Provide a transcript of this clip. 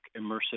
immersive